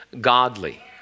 godly